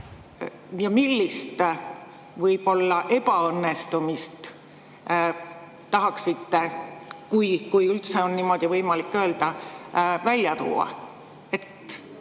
ja millist võib-olla ebaõnnestumist tahaksite, kui üldse on niimoodi võimalik öelda, välja tuua?